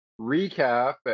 recap